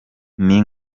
nko